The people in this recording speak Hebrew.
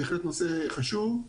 בהחלט נושא חשוב.